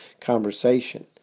conversation